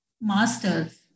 masters